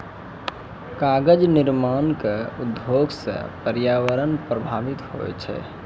कागज निर्माण क उद्योग सँ पर्यावरण प्रभावित होय छै